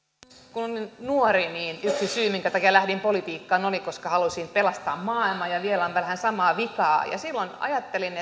kun olin nuori niin yksi syy minkä takia lähdin politiikkaan oli se että halusin pelastaa maailman ja vielä on vähän samaa vikaa ja silloin ajattelin